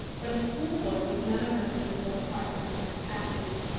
but a schoolboy with none of her musical acquirements or capacities,